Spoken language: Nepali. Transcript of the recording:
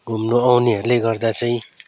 घुम्नु आउनेहरूले गर्दा चाहिँ